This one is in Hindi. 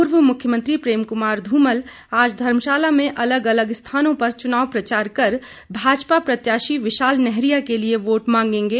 पूर्व मुख्यमंत्री प्रेम कुमार आज धर्मशाला में अलग अलग स्थानों पर चुनाव प्रचार कर भाजपा प्रत्याशी विशाल नैहरिया के लिए वोट मांगेंगे